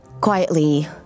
quietly